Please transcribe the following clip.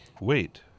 Wait